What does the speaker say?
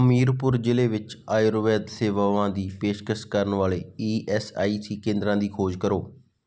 ਹਮੀਰਪੁਰ ਜ਼ਿਲ੍ਹੇ ਵਿੱਚ ਆਯੁਰਵੇਦ ਸੇਵਾਵਾਂ ਦੀ ਪੇਸ਼ਕਸ਼ ਕਰਨ ਵਾਲੇ ਈ ਐਸ ਆਈ ਸੀ ਕੇਂਦਰਾਂ ਦੀ ਖੋਜ ਕਰੋ